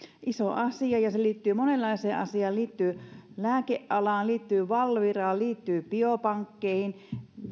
iso asia ja se liittyy monenlaiseen asiaan se liittyy lääkealaan valviraan biopankkeihin